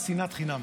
על שנאת חינם.